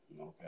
Okay